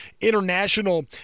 international